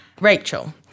Rachel